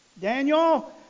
Daniel